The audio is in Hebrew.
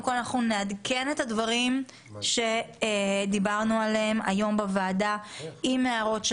נעדכן את הדברים שדיברנו עליהם היום בוועדה יחד עם ההערות.